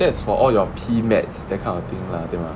that's for all your P_MATS that kind of thing lah 对吗